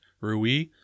Rui